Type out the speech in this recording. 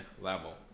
level